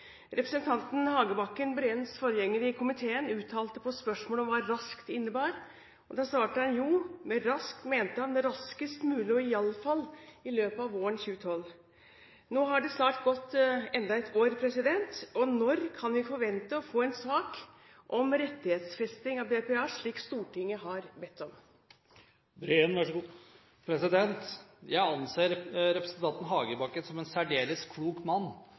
Representanten Hagebakken, Breens forgjenger i komiteen, uttalte på spørsmål om hva «raskt» innebar at han mente raskest mulig, og i alle fall i løpet av våren 2012. Nå har det snart gått enda et år. Når kan vi forvente å få en sak om rettighetsfesting av BPA, slik Stortinget har bedt om? Jeg anser representanten Hagebakken som en særdeles klok mann.